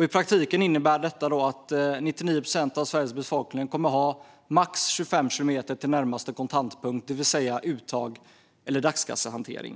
I praktiken innebär det att 99 procent av Sveriges befolkning ska ha max 25 kilometer till närmaste kontaktpunkt, det vill säga för uttag eller dagskassehantering.